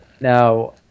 Now